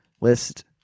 list